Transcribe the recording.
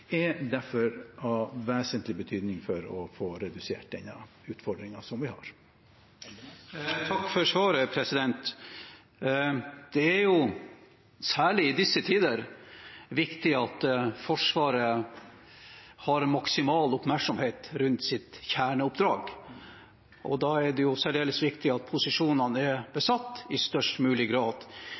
er derfor av vesentlig betydning for å få redusert den utfordringen som vi har. Takk for svaret. Det er særlig i disse tider viktig at Forsvaret har maksimal oppmerksomhet rundt sitt kjerneoppdrag, og da er det særdeles viktig at posisjonene er besatt i størst mulig grad.